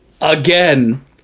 again